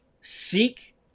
seek